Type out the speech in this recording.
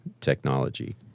technology